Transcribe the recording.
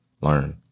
learn